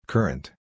Current